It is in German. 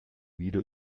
wieder